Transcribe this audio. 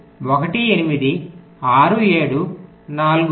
2 3 1 8 6 7 4 5